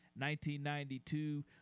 1992